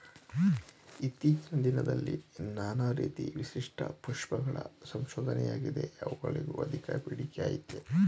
ಇತ್ತೀಚಿನ ದಿನದಲ್ಲಿ ನಾನಾ ರೀತಿ ವಿಶಿಷ್ಟ ಪುಷ್ಪಗಳ ಸಂಶೋಧನೆಯಾಗಿದೆ ಅವುಗಳಿಗೂ ಅಧಿಕ ಬೇಡಿಕೆಅಯ್ತೆ